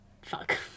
fuck